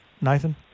Nathan